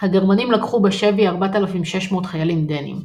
הגרמנים לקחו בשבי 4,600 חיילים דנים.